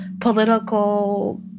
political